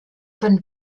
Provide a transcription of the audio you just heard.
von